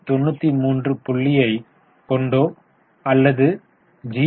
93 புள்ளியை கொண்டோ அல்லது 0